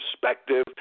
perspective